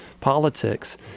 politics